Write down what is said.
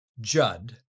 Judd